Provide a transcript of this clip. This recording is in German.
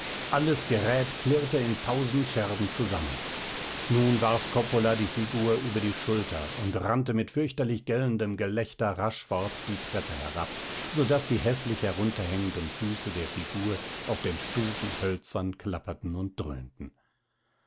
alles gerät klirrte in tausend scherben zusammen nun warf coppola die figur über die schulter und rannte mit fürchterlich gellendem gelächter rasch fort die treppe herab so daß die häßlich herunterhängenden füße der figur auf den stufen hölzern klapperten und dröhnten